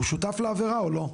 הוא שותף לעבירה, או לא?